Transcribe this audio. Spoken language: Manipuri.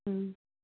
ꯎꯝ